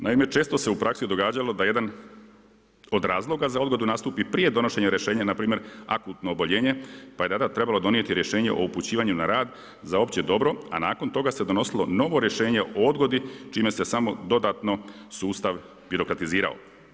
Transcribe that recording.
Naime često se u praksi događalo da jedan od razloga za odgodu nastupi prije donošenja rješenja, na primjer akutno oboljenje pa je tada trebalo donijeti rješenje o upućivanju na rad za opće dobro, a nakon toga se donosilo novo rješenje o odgodi čime se samo dodatno sustav birokratizirao.